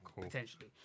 potentially